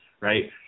right